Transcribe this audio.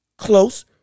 close